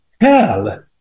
hell